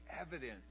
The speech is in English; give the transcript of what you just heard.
evidence